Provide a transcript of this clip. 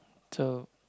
so